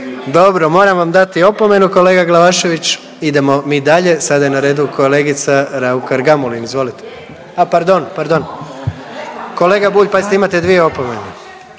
Dobro, moram vam dati opomenu, kolega Glavašević, idemo mi dalje. Sada je na redu kolegica Raukar-Gamulin, izvolite. A pardon, pardon. Kolega Bulj, pazite, imate dvije opomene.